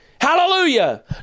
Hallelujah